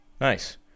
Nice